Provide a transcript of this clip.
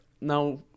now